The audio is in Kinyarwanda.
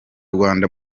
rwanda